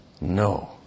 No